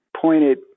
pointed